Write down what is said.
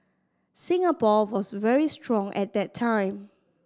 Singapore was very strong at that time